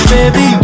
Baby